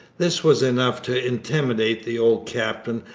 this was enough to intimidate the old captain,